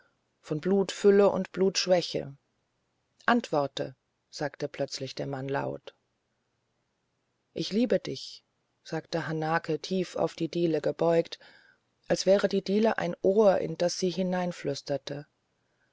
von blutfülle und blutschwäche antworte sagte plötzlich der mann laut ich liebe dich sagte hanake tief auf die diele gebeugt als wäre die diele ein ohr in das sie